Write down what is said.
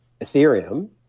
ethereum